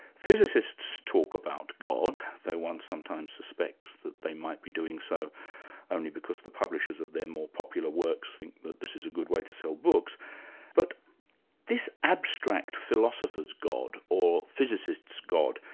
physicists talk about god though one sometimes suspects that they might be doing so only because the publishers of their more popular works think that this is a good way to sell books but this abstract philosopher's god, or physicist's god,